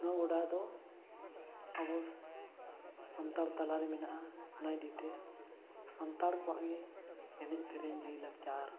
ᱱᱚᱣᱟ ᱜᱚᱰᱟ ᱫᱚ ᱟᱵᱚ ᱥᱟᱱᱛᱟᱲ ᱛᱟᱞᱟ ᱨᱮ ᱢᱮᱱᱟᱜᱼᱟ ᱚᱱᱟ ᱤᱫᱤᱛᱮ ᱥᱟᱱᱛᱟᱲ ᱠᱚᱣᱟᱜ ᱜᱮ ᱮᱱᱮᱡ ᱥᱮᱨᱮᱧ ᱞᱟᱹᱭ ᱞᱟᱠᱪᱟᱨ